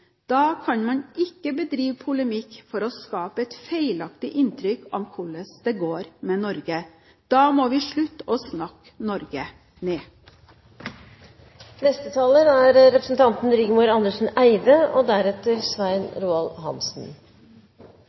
Da kan man ikke bedrive polemikk for å skape et feilaktig inntrykk av hvordan det går med Norge. Da må man slutte å snakke Norge ned. «Små og